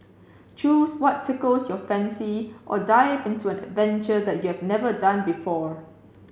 choose what tickles your fancy or dive into an adventure that you have never done before